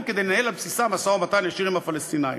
כדי לנהל על בסיסם משא-ומתן ישיר עם הפלסטינים,